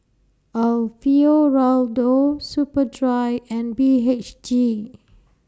Alfio Raldo Superdry and B H G